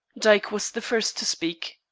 dyke was the first to speak.